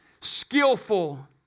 skillful